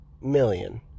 million